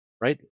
right